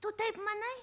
tu taip manai